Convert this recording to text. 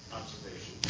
observation